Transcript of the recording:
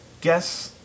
guess